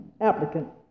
applicant